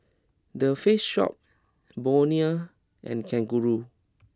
The Face Shop Bonia and Kangaroo